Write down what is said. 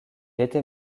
était